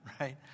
right